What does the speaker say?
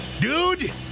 Dude